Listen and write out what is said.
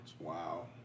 Wow